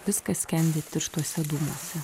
viskas skendi tirštuose dūmuose